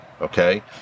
Okay